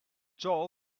ciò